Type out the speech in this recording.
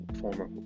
former